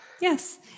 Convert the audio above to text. Yes